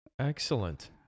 Excellent